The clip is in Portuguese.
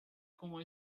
com